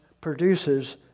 produces